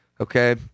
okay